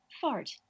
fart